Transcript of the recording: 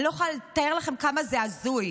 אני לא יכולה לתאר לכם כמה זה הזוי.